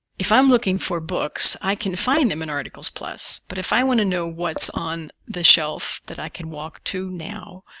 if i'm looking for books, i can find them in articles plus, but if i want to know what's on the shelf that i can walk to now,